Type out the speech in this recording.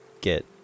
get